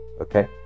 okay